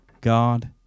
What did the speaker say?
God